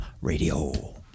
radio